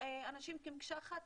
האנשים כמקשה אחת.